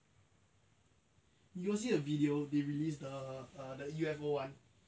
ah which video